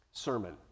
sermon